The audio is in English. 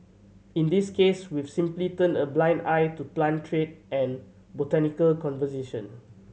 in this case we've simply turned a blind eye to plant trade and botanical conservation